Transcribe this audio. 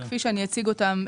כפי שאני אציג אותם,